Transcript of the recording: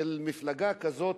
מפלגה כזאת,